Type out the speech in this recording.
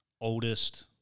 oldest